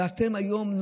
ואתם היום,